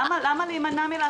למה להימנע מלעשות?